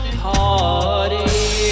party